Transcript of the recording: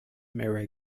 mirror